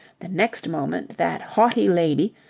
the next moment that haughty lady,